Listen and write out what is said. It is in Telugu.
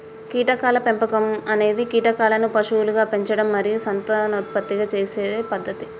కీటకాల పెంపకం అనేది కీటకాలను పశువులుగా పెంచడం మరియు సంతానోత్పత్తి చేసే పద్ధతి